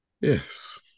Yes